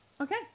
Okay